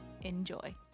Enjoy